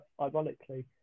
ironically